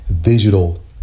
digital